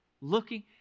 Looking